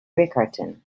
riccarton